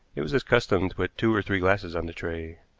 it was his custom to put two or three glasses on the tray.